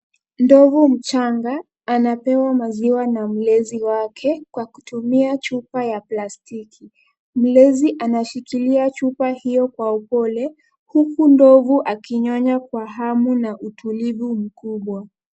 Ndovu mchanga anapewa maziwa na mlezi wake kwa kutumia chupa ya plastiki. Mlezi anashikilia chupa hiyo kwa upole huku ndovu akinyonya kwa hamu na utulivu mkubwa.